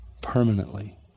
permanently